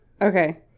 Okay